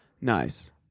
Nice